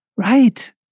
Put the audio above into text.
Right